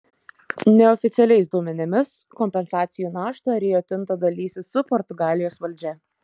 neoficialiais duomenimis kompensacijų naštą rio tinto dalysis su portugalijos valdžia